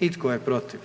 I tko je protiv?